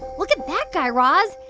look at that, guy raz.